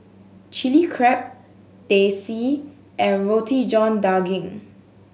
Chilli Crab Teh C and Roti John Daging